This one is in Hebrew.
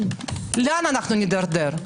לאן אנחנו נידרדר?